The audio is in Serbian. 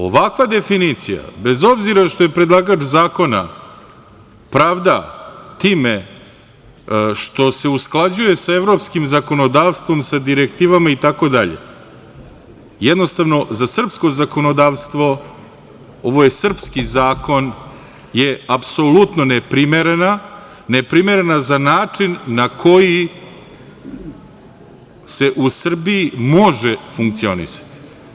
Ovakva definicija, bez obzira što se predlagač zakona pravda time što se usklađuje sa evropskim zakonodavstvom, sa direktivama, itd. jednostavno, za srpsko zakonodavstvo, ovo je srpski zakon, je apsolutno neprimerena, neprimerena za način na koji se u Srbiji može funkcionisati.